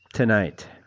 Tonight